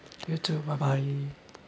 you too bye bye